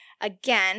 again